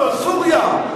סוריה.